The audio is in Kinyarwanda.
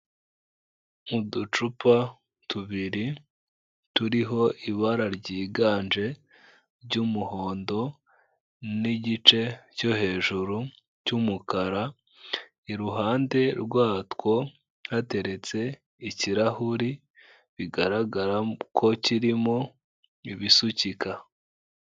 Uducupa tubiri turiho ibara ryiganje ry'umuhondo n'igice cyo hejuru cy'umukara, iruhande rwatwo hateretse ikirahuri, bigaragara ko kirimo ibisukika.